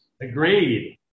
Agreed